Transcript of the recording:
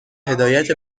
هدایت